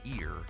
ear